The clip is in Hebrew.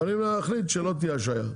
הם יכולים להחליט שלא תהיה השהייה,